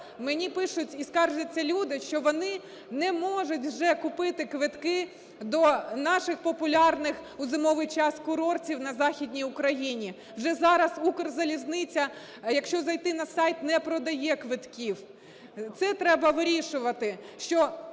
мені пишуть і скаржаться люди, що вони не можуть вже купити квитки до наших популярних у зимовий час курортів на Західній Україні. Вже зараз "Укрзалізниця", якщо зайти на сайт, не продає квитків. Це треба вирішувати,